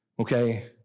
Okay